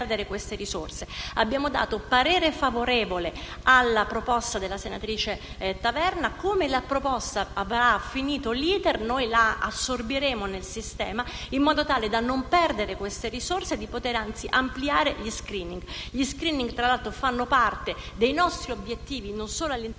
Abbiamo espresso parere favorevole alla proposta della senatrice Taverna; quando avrà terminato l'*iter*, noi la assorbiremo nel sistema, in modo tale da non perdere queste risorse e di poter ampliare gli *screening*, che fra l'altro fanno parte dei nostri obiettivi, non solo a livello